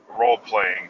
role-playing